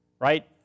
right